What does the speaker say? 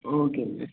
okay